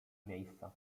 miejsca